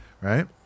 Right